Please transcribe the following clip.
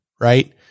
right